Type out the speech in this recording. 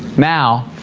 now